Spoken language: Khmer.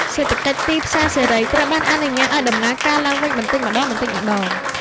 សេដ្ឋកិច្ចទីផ្សារសេរីត្រូវបានអនុញ្ញាតឱ្យដំណើរការឡើងវិញបន្តិចម្តងៗ។